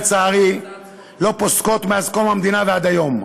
לצערי לא פוסקות מאז קום המדינה ועד היום.